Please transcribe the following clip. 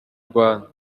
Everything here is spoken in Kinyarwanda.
rwanda